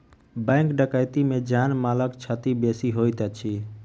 bank डकैती मे जान मालक क्षति बेसी होइत अछि